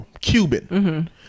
Cuban